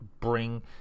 Bring